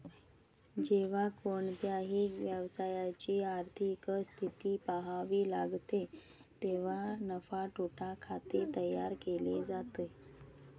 जेव्हा कोणत्याही व्यवसायाची आर्थिक स्थिती पहावी लागते तेव्हा नफा तोटा खाते तयार केले जाते